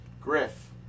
Griff